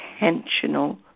intentional